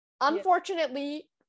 unfortunately